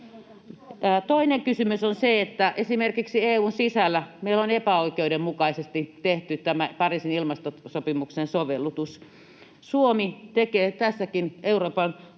Toinen kysymys on se, että esimerkiksi EU:n sisällä meillä on epäoikeudenmukaisesti tehty tämä Pariisin ilmastosopimuksen sovellutus. Suomi tekee tässäkin Euroopan